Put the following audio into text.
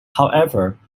however